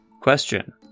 Question